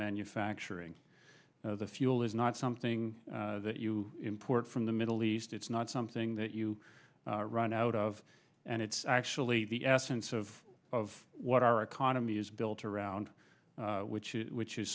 manufacturing the fuel is not something that you import from the middle east it's not something that you run out of and it's actually the essence of of what our economy is built around which is which is